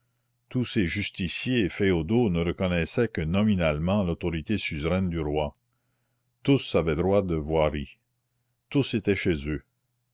tous ces justiciers féodaux ne reconnaissaient que nominalement l'autorité suzeraine du roi tous avaient droit de voirie tous étaient chez eux